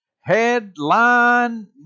headline